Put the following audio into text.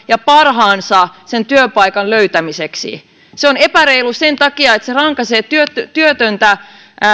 ja parhaansa sen työpaikan löytämiseksi se on epäreilu sen takia että se rankaisee työtöntä